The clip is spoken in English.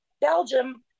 Belgium